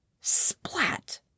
splat